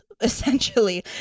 essentially